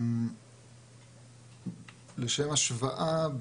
לשם השוואה,